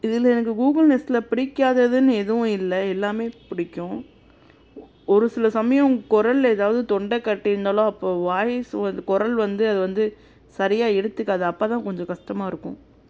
இதில் எனக்கு கூகுள் நெஸ்ட்டில் பிடிக்காததுன்னு எதுவும் இல்லை எல்லாமே பிடிக்கும் ஒரு சில சமயம் குரல்ல ஏதாவது தொண்டை கட்டியிருந்தாலோ அப்போ வாய்ஸ் வந்து குரல் வந்து அது வந்து சரியாக எடுத்துக்காது அப்போ தான் கொஞ்சம் கஷ்டமா இருக்கும்